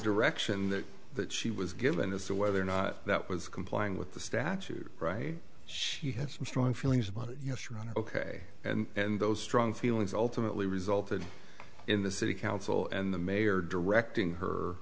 direction that that she was given as to whether or not that was complying with the statute right she had some strong feelings about it yes right ok and those strong feelings alternately resulted in the city council and the mayor directing her